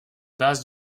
base